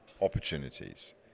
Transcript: opportunities